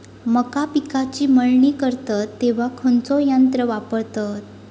मका पिकाची मळणी करतत तेव्हा खैयचो यंत्र वापरतत?